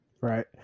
Right